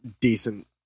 decent